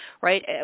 right